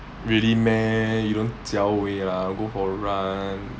really meh you don't jiaowei lah go for a run